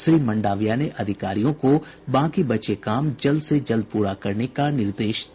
श्री मंडाविया ने अधिकारियों को बाकी बचे काम जल्द से जल्द पूरा करने का निर्देश दिया